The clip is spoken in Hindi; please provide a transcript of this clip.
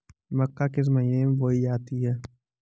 मक्का किस महीने में बोई जाती है?